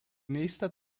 nächster